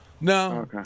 No